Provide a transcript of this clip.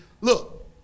Look